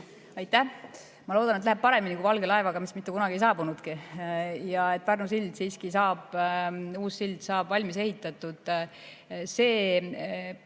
Aitäh! Ma loodan, et läheb paremini kui valge laevaga, mis mitte kunagi ei saabunudki, ja et Pärnu uus sild siiski saab valmis ehitatud. Otsus